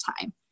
time